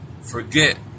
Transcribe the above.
forget